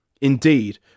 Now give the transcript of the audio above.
Indeed